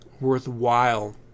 worthwhile